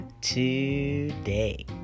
today